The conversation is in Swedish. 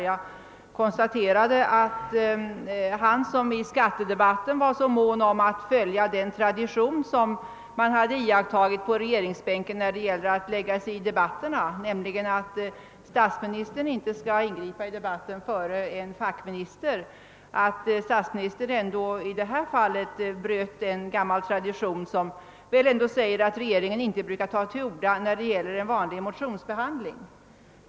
Jag konstaterade att herr Palme, som i skattedebatten var så mån om att följa den tradition från regeringsbänken vilken innebär att statsministern inte skall ingripa i debatten före en fackminister, i detta fall bröt mot en annan gammal tradition, nämligen att regeringens representanter inte brukar ta till orda vid behandlingen av en enskild motion.